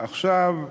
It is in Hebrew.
עכשיו,